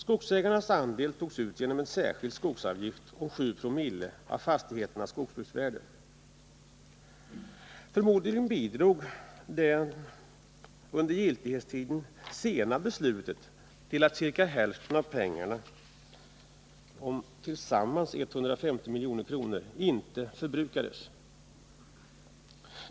Skogsägarnas andel togs ut genom en särskild skogsavgift om 7 co av fastigheternas skogsbruksvärde. Förmodligen bidrog det under giltighetsperioden sena beslutet till att ca hälften av pengarna om tillsammans 150 milj.kr. inte förbrukades.